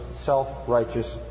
self-righteous